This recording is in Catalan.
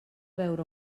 veure